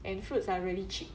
and fruits are really cheap